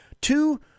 two